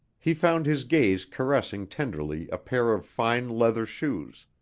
he found his gaze caressing tenderly a pair of fine leather shoes,